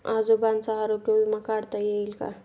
आजोबांचा आरोग्य विमा काढता येईल का?